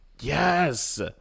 Yes